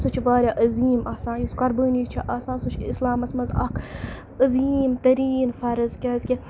سُہ چھِ واریاہ عظیٖم آسان یُس قۄربٲنی چھِ آسان سُہ چھِ اِسلامَس منٛز اَکھ عظیٖم تریٖن فرض کیٛازِکہِ